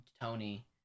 Tony